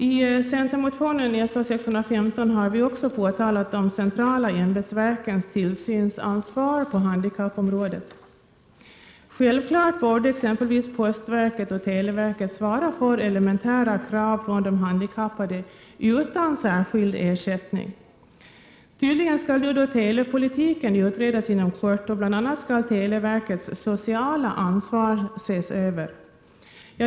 I centermotionen §So0615 har vi också påtalat de centrala ämbetsverkens tillsynsansvar på handikappområdet. Självfallet borde t.ex. postverket och televerket utan särskild ersättning uppfylla elementära krav från de handikappade. Tydligen skall telepolitiken utredas inom kort, och bl.a. skall televerkets sociala ansvar ses över.